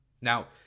Now